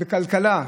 בכלכלה,